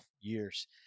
years